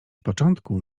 początku